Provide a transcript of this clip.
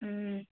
ꯎꯝ